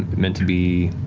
meant to be,